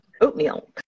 oatmeal